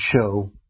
show